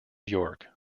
york